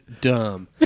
dumb